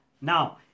Now